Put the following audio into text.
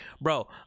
bro